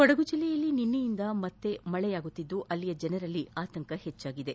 ಕೊಡಗು ಜಿಲ್ಲೆಯಲ್ಲಿ ನಿನ್ನೆಯಿಂದಲೂ ಮತ್ತೆ ಮಳೆ ಸುರಿಯುತ್ತಿದ್ದು ಅಲ್ಲಿನ ಜನರಲ್ಲಿ ಆತಂಕ ಹೆಚ್ಚಿಸಿದೆ